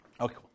Okay